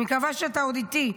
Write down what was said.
אני מקווה שאתה עוד איתי,